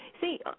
See